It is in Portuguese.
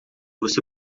você